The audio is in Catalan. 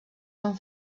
són